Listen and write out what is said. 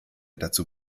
dazu